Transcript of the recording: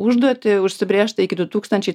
užduotį užsibrėžtą iki du tūkstančiai